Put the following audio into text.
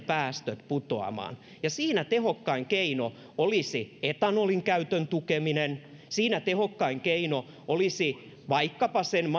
päästöt putoamaan ja siinä tehokkain keino olisi etanolin käytön tukeminen siinä tehokkain keino olisi vaikkapa my